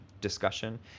discussion